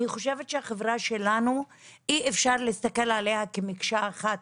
אני חושבת שאי אפשר להסתכל על החברה שלנו כמקשה אחת.